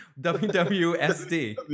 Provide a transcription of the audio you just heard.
WWSD